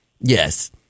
Yes